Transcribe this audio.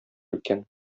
икән